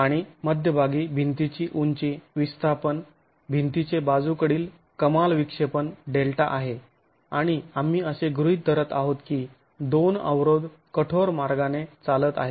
आणि मध्यभागी भिंतीची उंची विस्थापन भिंतीचे बाजूकडील कमाल विक्षेपण डेल्टा आहे आणि आम्ही असे गृहीत धरत आहोत की दोन अवरोध कठोर मार्गाने चालत आहेत